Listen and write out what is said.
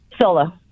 Solo